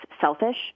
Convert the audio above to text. selfish